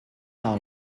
dans